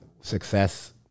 success